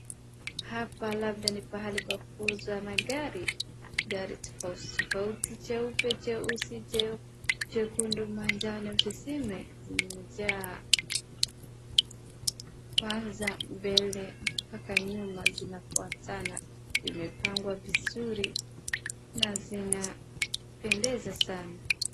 Hapa labda ni pahali pa kuuza magari. Gari tofauti tofauti cheupe, cheusi, chekundu, manjano zimejaa kwanza mbele mpaka nyuma inafuatana zimepangwa vizuri na zinapendeza sana.